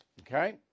Okay